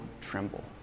tremble